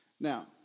Now